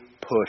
push